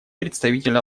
представитель